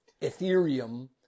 Ethereum